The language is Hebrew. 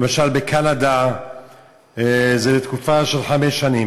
למשל בקנדה זה לתקופה של חמש שנים.